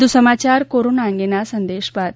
વધુ સમાચાર કોરોના અંગેના આ સંદેશ બાદ